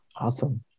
Awesome